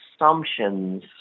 assumptions